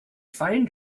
find